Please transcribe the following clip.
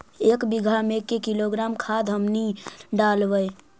एक बीघा मे के किलोग्राम खाद हमनि डालबाय?